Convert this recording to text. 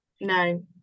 No